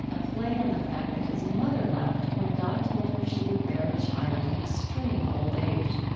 a play on the fact that his mother laughed when god told her she would bear a child in extreme old age.